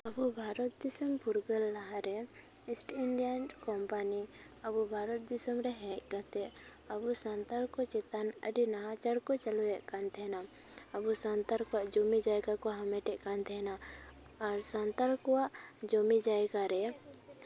ᱟᱵᱚ ᱵᱷᱟᱨᱚᱛ ᱫᱤᱥᱚᱢ ᱯᱷᱩᱨᱜᱟᱹᱞ ᱞᱟᱦᱟᱨᱮ ᱤᱥᱴ ᱤᱱᱰᱤᱭᱟ ᱠᱳᱢᱯᱟᱱᱤ ᱟᱵᱚ ᱵᱷᱟᱨᱚᱛ ᱫᱤᱥᱚᱢ ᱨᱮ ᱦᱮᱡ ᱠᱟᱛᱮᱫ ᱟᱵᱚ ᱥᱟᱱᱛᱟᱲ ᱠᱚ ᱪᱮᱛᱟᱱ ᱟᱹᱰᱤ ᱱᱟᱦᱟᱪᱟᱨ ᱠᱚ ᱪᱟᱹᱞᱩᱭᱮᱫ ᱛᱟᱦᱮᱸᱱᱟ ᱟᱵᱚ ᱥᱟᱱᱛᱟᱲ ᱠᱚᱣᱟᱜ ᱡᱩᱢᱤ ᱡᱟᱭᱜᱟ ᱠᱚ ᱦᱟᱢᱮᱴᱮᱫ ᱠᱟᱱ ᱛᱟᱦᱮᱸᱱᱟ ᱟᱨ ᱥᱟᱱᱛᱟᱲ ᱠᱚᱣᱟᱜ ᱡᱩᱢᱤ ᱡᱟᱭᱜᱟᱨᱮ